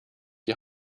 die